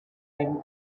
made